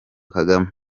kagame